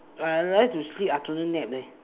I like to sleep afternoon nap leh